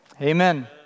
Amen